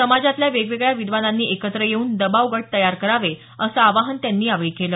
समाजातल्या वेगवेगळ्या विद्वानांनी एकत्र करून दबाव गट तयार करावे असं आवाहन त्यांनी यावेळी केलं